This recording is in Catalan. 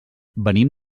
venim